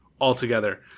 altogether